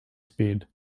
speed